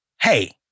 hey